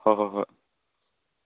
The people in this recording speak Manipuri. ꯍꯣꯏ ꯍꯣꯏ ꯍꯣꯏ